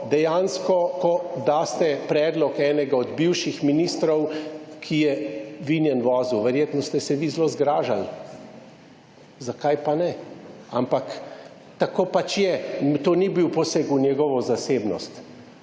dejansko, ko daste predlog enega od bivših ministrov, ki je vinjen vozil, verjetno ste se vi zelo zgražali. Zakaj pa ne? Ampak tako pač je. To ni bil poseg v njegovo zasebnost.